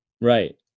Right